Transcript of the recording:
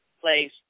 place